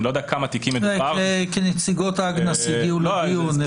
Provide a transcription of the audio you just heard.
אני לא יודע בכמה תיקים מדובר --- כי נציגות הגנת הסביבה הגיעו לדיון.